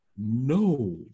No